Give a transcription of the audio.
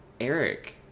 Eric